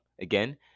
Again